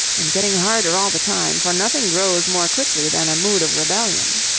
and getting harder all the time, for nothing grows more quickly than a mood of rebellion.